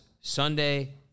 Sunday